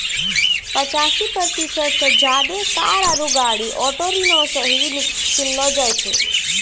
पचासी प्रतिशत से ज्यादे कार आरु गाड़ी ऑटो ऋणो से ही किनलो जाय छै